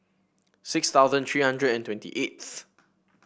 six thousand three hundred and twenty eighth